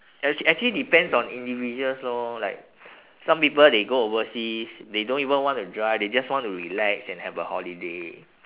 act~ actually depends on individuals lor like some people they go overseas they don't even want to drive they just want to relax and have a holiday